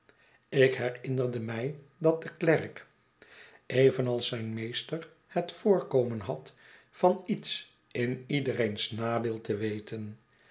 ik herinnerde mij dat de klerk evenals zijn meester het voorkomen had van iets in iedereens nadeel te weten